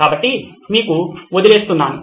కాబట్టిమీకు వదిలేస్తున్నాను